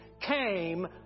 came